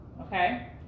okay